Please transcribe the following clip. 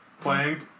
playing